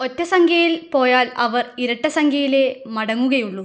ഒറ്റ സംഖ്യയിൽ പോയാൽ അവർ ഇരട്ട സംഖ്യയിലേ മടങ്ങുകയുള്ളു